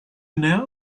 now